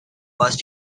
must